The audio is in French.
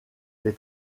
les